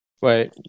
Wait